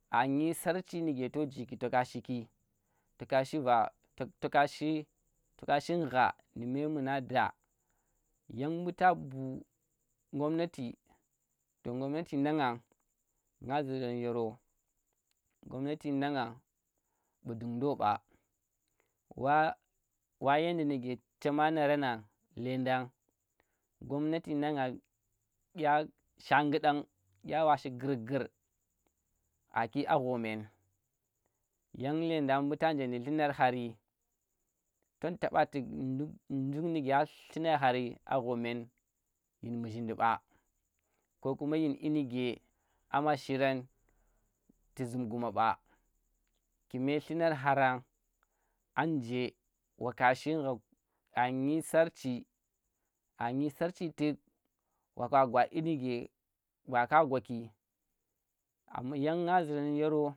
A nyi sarchi nike to jiki toka shiki to ka shi baa toka shi toka shingha memuna da yan mbu ta bu gomnati to gomnati nga nang nga ziran yoro gomnati nangan mbu dundo mba wa yenda nuke chema naran nan ledan gomnati nangan dyen shangudana dya wa shi. Gurgur aki a ghoo men yan legudan mbu ta nje nu llunar hari tom taɓa tuk nduk nuke llunar hari a ghoo men yin muzhindi ba ko kuma yin dyinike amma shirang ku zum guma ɓa kime llunar hara anje waka shingha a nyi sarchi a nyi sarchi tuk wa ka gwa yin nike ba ka qwaki amma yang na zirang yoro